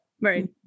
Right